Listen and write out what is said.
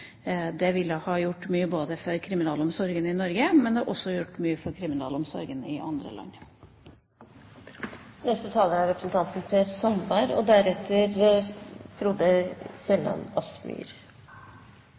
Det ville ha gjort mye både for kriminalomsorgen i Norge og for kriminalomsorgen i andre land.